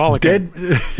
dead